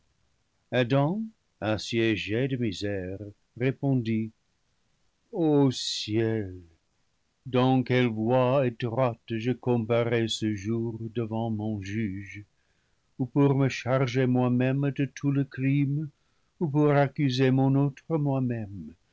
adam assiégé de misères répondit o ciel dans quelle voie étroite je comparais ce jour devant mon juge ou pour me charger moi-même de tout le crime ou pour accuser mon autre moi-même